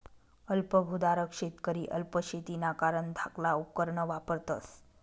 अल्प भुधारक शेतकरी अल्प शेतीना कारण धाकला उपकरणं वापरतस